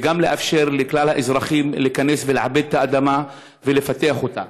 וגם לאפשר לכלל האזרחים להיכנס ולעבד את האדמה ולפתח אותה.